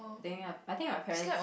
think ah I think my parents